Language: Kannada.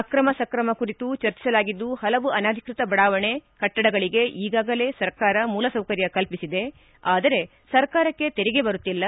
ಅಕ್ರಮ ಸ್ತ್ರಮ ಕುರಿತು ಚರ್ಚಿಸಲಾಗಿದ್ದು ಪಲವು ಅನಧಿಕೃತ ಬಡವಾಣೆ ಕಟ್ಟಡಗಳಿಗೆ ಈಗಾಗಲೇ ಸರ್ಕಾರ ಮೂಲಸೌಕರ್ಯ ಕಲ್ಪಿಸಿದೆ ಆದರೆ ಸರ್ಕಾರಕ್ಕೆ ತೆರಿಗೆ ಬರುತ್ತಿಲ್ಲ